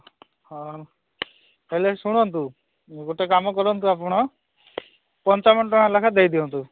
ହଁ ହେଲେ ଶୁଣନ୍ତୁ ଗୋଟେ କାମ କରନ୍ତୁ ଆପଣ ପଞ୍ଚାବନ ଟଙ୍କା ଲେଖା ଦେଇଦିଅନ୍ତୁ